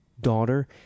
daughter